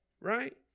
Right